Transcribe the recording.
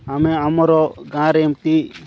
ଆମେ ଆମର ଗାଁରେ ଏମିତି